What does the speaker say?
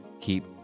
keep